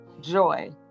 joy